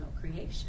creation